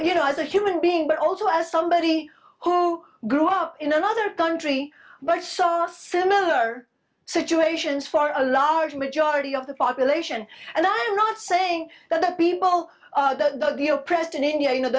you know as a human being but also as somebody who grew up in another country but so are similar situations for a large majority of the population and i am not saying that people are that the oppressed in india you know